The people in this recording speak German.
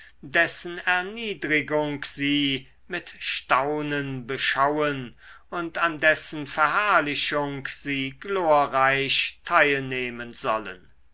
dessen erniedrigung sie mit staunen beschauen und an dessen verherrlichung sie glorreich teilnehmen sollen